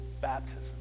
baptism